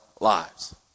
lives